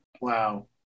wow